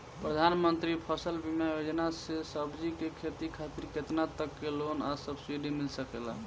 प्रधानमंत्री फसल बीमा योजना से सब्जी के खेती खातिर केतना तक के लोन आ सब्सिडी मिल सकेला?